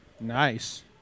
nice